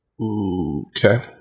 Okay